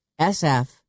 SF